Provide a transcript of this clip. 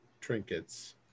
trinkets